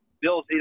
Bill